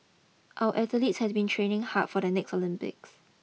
our athletes have been training hard for the next Olympics